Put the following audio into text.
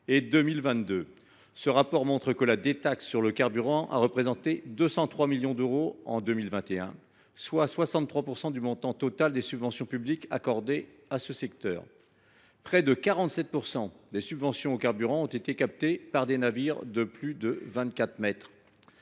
et 2022. Ce rapport montre que la détaxe sur le carburant a représenté 203 millions d’euros en 2021, soit 63 % du montant total des subventions publiques accordées à ce secteur. Près de 47 % des subventions au carburant ont bénéficié à des navires de plus de vingt